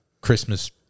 Christmas